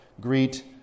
Greet